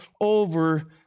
over